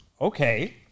Okay